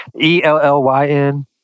e-l-l-y-n